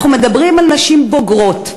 אנחנו מדברים על נשים בוגרות.